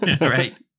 Right